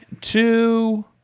two